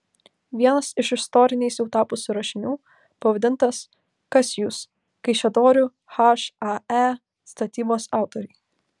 vienas iš istoriniais jau tapusių rašinių pavadintas kas jūs kaišiadorių hae statybos autoriai